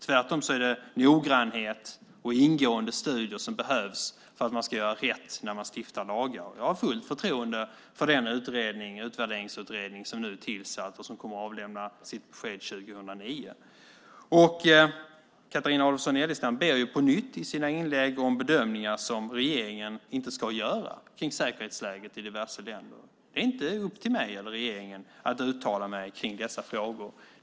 Det är tvärtom noggrannhet och ingående studier som behövs för att man ska göra rätt när man stiftar lagar. Jag har fullt förtroende för den utvärderingsutredning som nu är tillsatt och som kommer att avlämna sitt besked 2009. I sina inlägg ber Carina Adolfsson Elgestam på nytt om bedömningar av säkerhetsläget i diverse länder som regeringen inte ska göra. Det är inte upp till mig eller regeringen att uttala oss om dessa frågor.